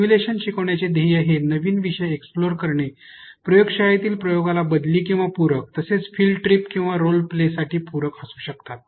simulation शिकवण्याचे ध्येय हे नवीन विषय एक्सप्लोर करणे प्रयोगशाळेतील प्रयोगाला बदली किंवा पूरक तसेच फिल्ड ट्रिप किंवा रोल प्लेसाठी पूरक असू शकतात